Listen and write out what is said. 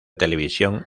televisión